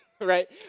right